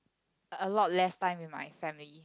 a lot left time with my family